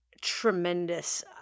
tremendous